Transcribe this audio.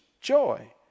joy